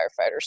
firefighters